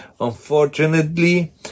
Unfortunately